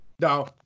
No